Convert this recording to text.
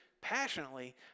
passionately